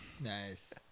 Nice